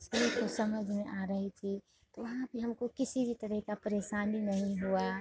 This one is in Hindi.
सभी को समझ में आ रही थी तो वहाँ पे हमको किसी भी तरह का परेशानी नहीं हुआ